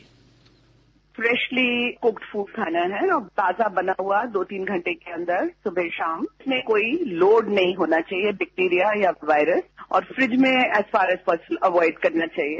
bite freshly cooked food खाना है और ताजा बना हुआ दो तीन घंटे के अंदर सुबह शाम में कोई लोड नहीं होना चाहिए वैक्टीरिया या वायरस और फ्रिज में as far as possible avoid करना चाहिए